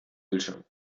bildschirm